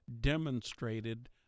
demonstrated